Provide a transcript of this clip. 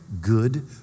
good